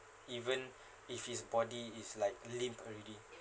even if his body is like limped already